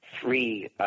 three